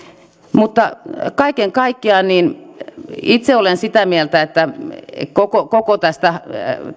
mutta kaiken kaikkiaan olen itse sitä mieltä koko koko tästä